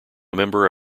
member